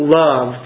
love